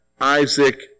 Isaac